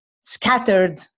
scattered